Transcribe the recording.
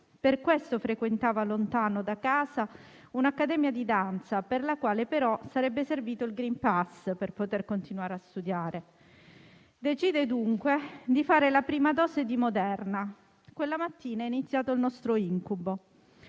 Per questo frequentava lontano da casa un'accademia di danza per la quale però sarebbe servito il *green pass* per poter continuare a studiare. Decide dunque di fare la prima dose di Moderna, quella mattina è iniziato il nostro incubo.